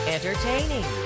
Entertaining